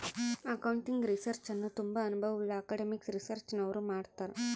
accounting research ಅನ್ನು ತುಂಬಾ ಅನುಭವವುಳ್ಳ ಅಕಾಡೆಮಿಕ್ ರಿಸರ್ಚ್ನವರು ಮಾಡ್ತರ್